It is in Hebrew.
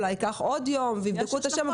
אולי ייקח עוד יום ויבדקו את השם,